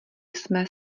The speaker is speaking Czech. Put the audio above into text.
jsme